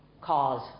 cause